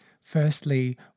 firstly